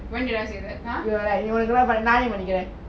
when did I say that !huh!